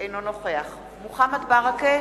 אינו נוכח מוחמד ברכה,